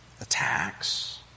attacks